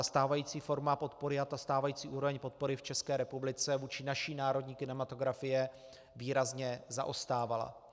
Stávající forma podpory a stávající úroveň podpory v České republice vůči naší národní kinematografii výrazně zaostávala.